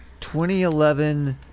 2011